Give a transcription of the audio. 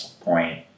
point